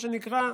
מה שנקרא,